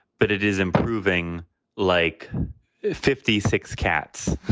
but it is improving like fifty six cats,